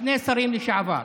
שני שרים לשעבר.